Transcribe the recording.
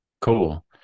Cool